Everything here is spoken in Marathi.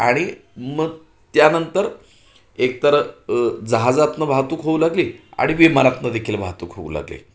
आणि मग त्यानंतर एकतर जहाजातनं वाहतूक होऊ लागले आणि विमारातनं देखील वाहतूक होऊ लागली